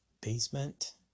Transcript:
basement